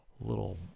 little